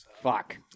Fuck